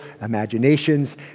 imaginations